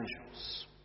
angels